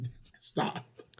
Stop